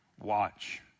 watch